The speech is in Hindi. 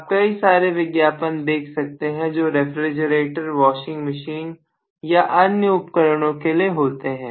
आप कई सारे विज्ञापन देख सकते हैं जो रेफ्रिजरेटर वॉशिंग मशीन या अन्य उपकरणों के लिए होते हैं